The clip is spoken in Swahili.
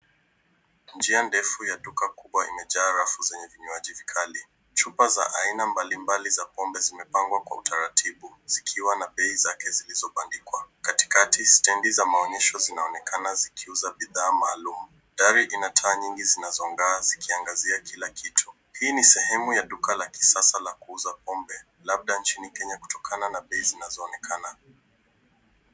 Njia ndefu ya duka kubwa imejaa rafu zenye vinywaji vikali. Chupa za aina mbalimbali za pombe zimepangwa kwa utaratibu zikiwa na bei zake zilizobandikwa. Katikati, stendi za maonyesho zinaonekana zikiuza bidhaa maalum. Gari ina taa nyingi zinazong'aa zikiangazia kila kitu. Hii ni sehemu ya duka la kisasa la kuuza pombe, labda nchini Kenya kutokana na bei zinaozoonekana.